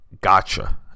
Gotcha